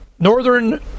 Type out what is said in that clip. northern